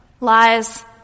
lies